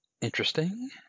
Interesting